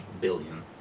billion